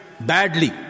Badly